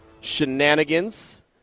shenanigans